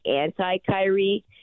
anti-Kyrie